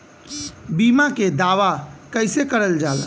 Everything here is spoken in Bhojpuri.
बीमा के दावा कैसे करल जाला?